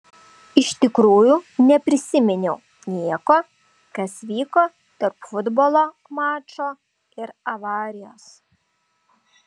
iš tikrųjų neprisiminiau nieko kas vyko tarp futbolo mačo ir avarijos